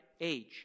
Age